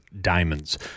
diamonds